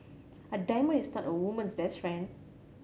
a diamond is not a woman's best friend